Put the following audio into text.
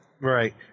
Right